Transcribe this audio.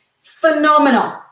phenomenal